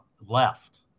left